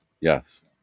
Yes